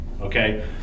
Okay